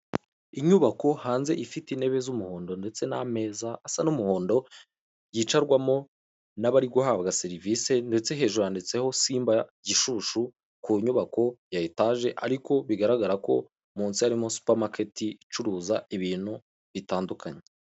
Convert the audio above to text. Inyubako hanze ifite intebe z'umuhondo ndetse nameza asa n'umuhondo yicarwamo nabari guhabwa serivisi ndetse hejuru handitseho simba gishushu ku nyubako ya etage ariko bigaragara ko munsi arimo supamateti icuruza ibintu bitandukanye.